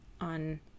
on